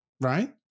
right